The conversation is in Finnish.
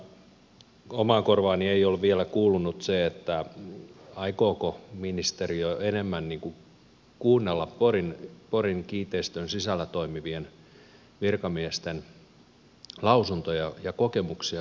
ainakaan omaan korvaani ei ole vielä kuulunut sitä aikooko ministeriö enemmän kuunnella porin kiinteistön sisällä toimivien virkamiesten lausuntoja ja kokemuksia